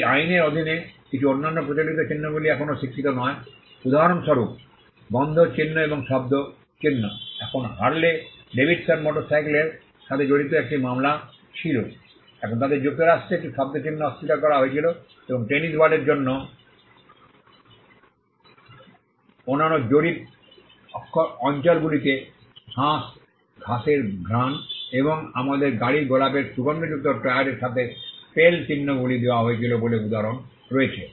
এই আইনের অধীনে কিছু অন্যান্য অপ্রচলিত চিহ্নগুলি এখনও স্বীকৃত নয় উদাহরণস্বরূপ গন্ধ চিহ্ন এবং শব্দ চিহ্ন এখন হার্লে ডেভিডসন মোটরসাইকেলের সাথে জড়িত একটি মামলা ছিল এখন তাদের যুক্তরাষ্ট্রে একটি শব্দ চিহ্ন অস্বীকার করা হয়েছিল এবং টেনিস বলের জন্য অন্যান্য জরিপ অঞ্চলগুলিতে শাঁস ঘাসের ঘ্রাণ বা আমাদের গাড়ির গোলাপের সুগন্ধযুক্ত টায়ারের সাথে স্পেল চিহ্নগুলি দেওয়া হয়েছিল বলে উদাহরণ রয়েছে